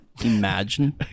imagine